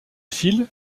fil